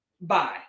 bye